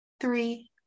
three